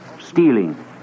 stealing